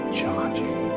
charging